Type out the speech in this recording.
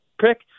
pick